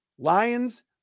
Lions